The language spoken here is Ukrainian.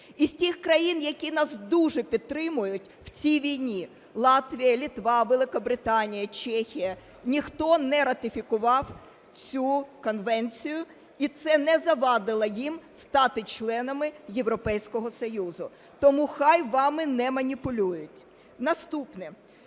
Із тих країн, які нас дуже підтримують в цій війні: Латвія, Литва, Великобританія, Чехія - ніхто не ратифікував цю конвенцію. І це не завадило їм стати членами Європейського Союзу. Тому хай вами не маніпулюють. Наступне.